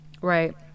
Right